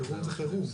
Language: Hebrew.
חירום זה חירום.